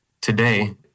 today